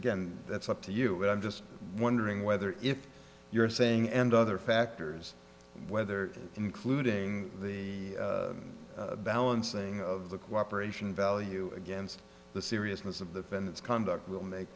again that's up to you but i'm just wondering whether if you're saying and other factors whether including the balancing of the cooperation value against the seriousness of the and its conduct will make